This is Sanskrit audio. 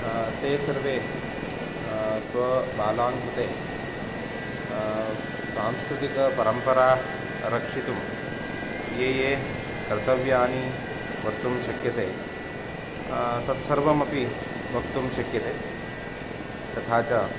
ते सर्वे स्वाबालानां कृते सांस्कृतिकपरम्पराः रक्षितुं ये ये कर्तव्यानि वर्तुं शक्यते तत्सर्वमपि वक्तुं शक्यते तथा च